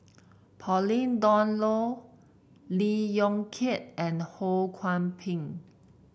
Pauline Dawn Loh Lee Yong Kiat and Ho Kwon Ping